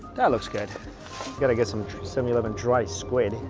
that looks good. you gotta get some seven eleven dried squid.